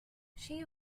she